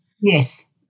Yes